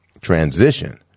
transition